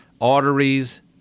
arteries